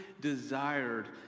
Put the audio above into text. desired